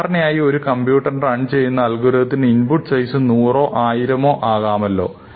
സാധാരണയായി ഒരു കമ്പ്യൂട്ടറിൽ റൺ ചെയ്യുന്ന അൽഗോരിതത്തിന് ഇൻപുട്ട് സൈസ് നൂറോ ആയിരമോ ആകാമല്ലോ